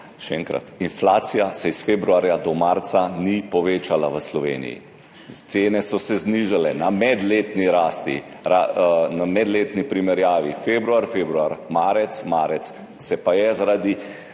inflacija se od februarja do marca ni povečala v Sloveniji, cene so se znižale. Na medletni primerjavi februar–februar, marec–marec se pa je zaradi